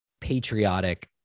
patriotic